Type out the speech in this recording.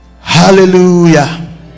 hallelujah